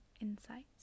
insights